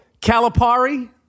Calipari